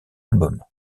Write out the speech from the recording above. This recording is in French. album